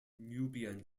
nubian